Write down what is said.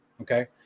Okay